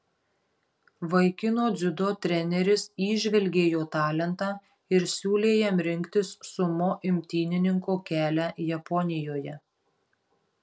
vaikino dziudo treneris įžvelgė jo talentą ir siūlė jam rinktis sumo imtynininko kelią japonijoje